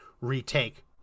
retake